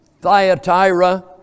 Thyatira